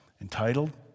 entitled